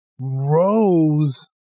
rose